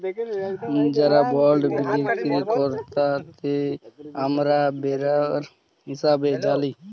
যারা বল্ড বিক্কিরি কেরতাদেরকে আমরা বেরাবার হিসাবে জালি